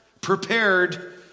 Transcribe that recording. prepared